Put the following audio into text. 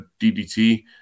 DDT